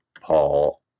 Paul